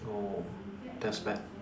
oh that's bad